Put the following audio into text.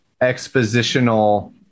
expositional